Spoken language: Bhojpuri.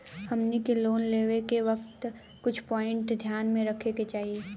हमनी के लोन लेवे के वक्त कुछ प्वाइंट ध्यान में रखे के चाही